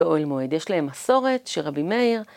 באוהל מועד. יש להם מסורת שרבי מאיר...